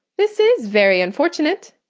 this is very unfortunate.